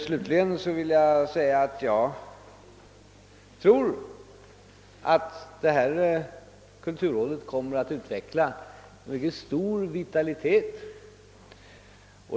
Slutligen vill jag säga att jag tror att kulturrådet kommer att utveckla stor vitalitet.